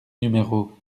numéro